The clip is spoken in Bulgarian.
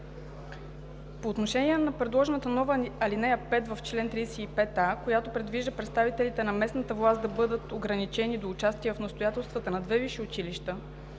По отношение на предложената нова ал. 5 в чл. 35а, която предвижда представителите на местната власт да бъдат ограничени до участие в настоятелствата на две висши училища